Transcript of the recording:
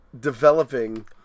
developing